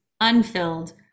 unfilled